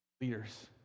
leaders